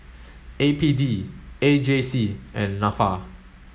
A P D A J C and NAFA